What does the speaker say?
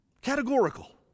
Categorical